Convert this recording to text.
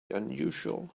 unusual